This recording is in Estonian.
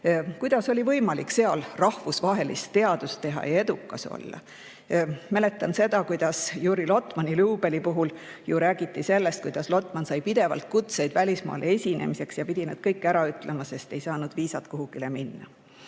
kuidas oli võimalik seal rahvusvahelist teadust teha ja edukas olla? Mäletan seda, kuidas Juri Lotmani juubeli puhul räägiti sellest, kuidas Lotman sai pidevalt kutseid välismaale esinema minemiseks, aga pidi need kõik ära ütlema, sest ei saanud viisat, et kuhugi minna.